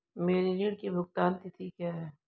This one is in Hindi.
मेरे ऋण की भुगतान तिथि क्या है?